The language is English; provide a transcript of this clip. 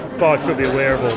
um ah should be aware of